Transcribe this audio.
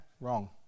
wrong